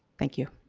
thank you.